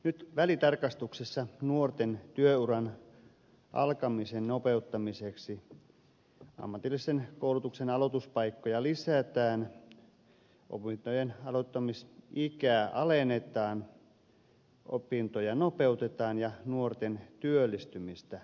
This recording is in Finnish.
nyt välitarkastuksessa nuorten työuran alkamisen nopeuttamiseksi ammatillisen koulutuksen aloituspaikkoja lisätään opintojen aloittamisikää alennetaan opintoja nopeutetaan ja nuorten työllistymistä parannetaan